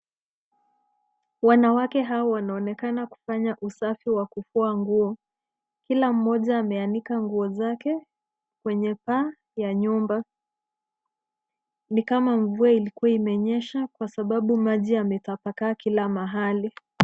Wanawake hawa wanaoneka kufanya usafi wa kufua nguo. Kila mmoja ameanika nguo zake kwenye paa ya nyumba. Ni kama mvua ilikua imenyesha kwa sababu maji yametapakaa kila mahali.